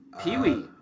Peewee